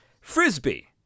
Frisbee